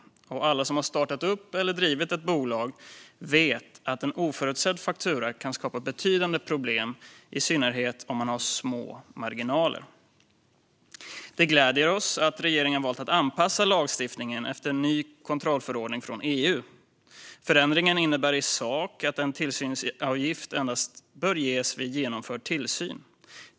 Alla som har startat upp eller drivit ett bolag vet att en oförutsedd faktura kan skapa betydande problem, i synnerhet om man har små marginaler. Det gläder oss att regeringen valt att anpassa lagstiftningen efter en ny kontrollförordning från EU. Förändringen innebär i sak att en tillsynsavgift endast bör tas ut vid genomförd tillsyn.